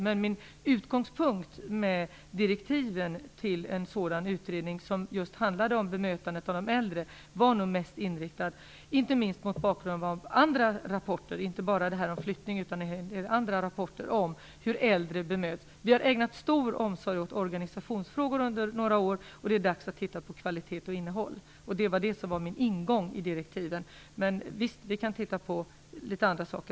Men min utgångspunkt med direktiven till en sådan utredning som just handlar om bemötandet av de äldre var nog mest inriktad på hur äldre bemöts, inte minst mot bakgrund av andra rapporter, och då gäller det inte bara flyttning. Vi har under några år ägnat stor omsorg åt organisationsfrågor, och det är nu dags att se på kvalitet och innehåll. Detta var inkörsporten till mina direktiv, men vi kan också studera litet andra saker.